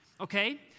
Okay